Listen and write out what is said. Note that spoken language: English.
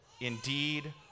Indeed